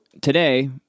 today